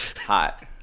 Hot